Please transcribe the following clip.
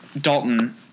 Dalton